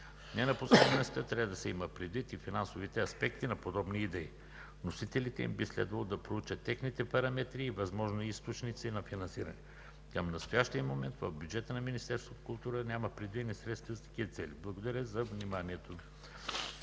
Не на последно място, трябва да се имат предвид и финансовите аспекти на подобни идеи. Вносителите им би следвало да проучат техните параметри и възможни източници на финансиране. Към настоящия момент в бюджета на Министерството на културата няма предвидени средства за такива цели. Благодаря за вниманието.